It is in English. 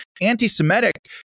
anti-Semitic